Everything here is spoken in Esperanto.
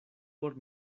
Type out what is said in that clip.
por